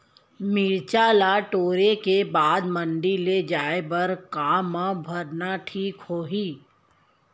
मिरचा ला तोड़े के बाद मंडी ले जाए बर का मा भरना ठीक होही?